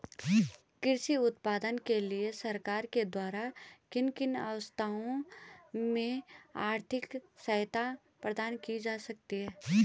कृषि उत्पादन के लिए सरकार के द्वारा किन किन अवस्थाओं में आर्थिक सहायता प्रदान की जाती है?